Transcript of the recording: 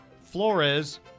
Flores